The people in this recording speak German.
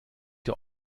der